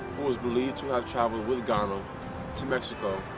who is believed to have traveled with ganem to mexico,